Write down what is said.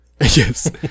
Yes